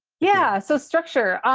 yeah. so structure.